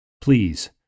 Please